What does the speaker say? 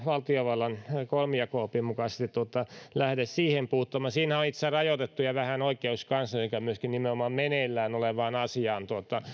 valtiovallan kolmijako opin mukaisesti lähde puuttumaan siinä on itse asiassa rajoitettu vähän oikeuskansleriltakin myöskin nimenomaan meneillään olevaan asiaan